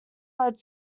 led